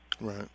Right